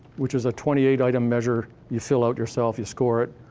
which is a twenty eight item measure you fill out yourself, you score it,